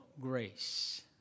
grace